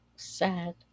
Sad